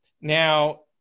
now